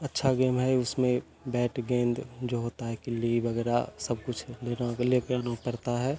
अच्छा गेम है उसमें बैट गेंद जो होता है गिल्ली वगैरह सब कुछ है ले कर आना परता है